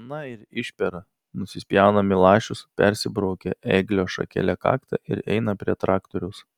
na ir išpera nusispjauna milašius persibraukia ėglio šakele kaktą ir eina prie traktoriaus